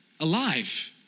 Alive